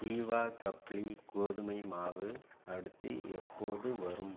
ஜீவா கப்லி கோதுமை மாவு அடுத்து எப்போது வரும்